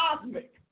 cosmic